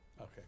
Okay